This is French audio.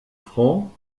francs